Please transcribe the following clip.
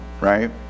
right